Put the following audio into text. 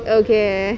okay